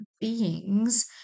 beings